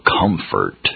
comfort